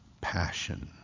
passion